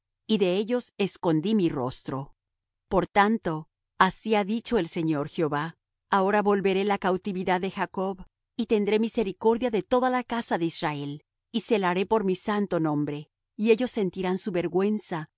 y de ellos escondí mi rostro por tanto así ha dicho el señor jehová ahora volveré la cautividad de jacob y tendré misericordia de toda la casa de israel y celaré por mi santo nombre y ellos sentirán su vergüenza y